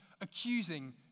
accusing